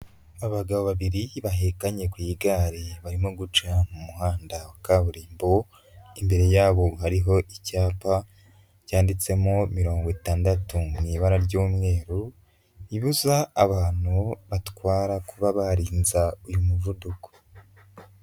Abagabo babiri baheganye ku igare barimo guca mu muhanda wa kaburimbo, imbere yabo hariho icyapa cyanditsemo mirongo itandatu mu ibara ry'umweru, bibuza abantu batwara kuba barenza uyu muvuduko.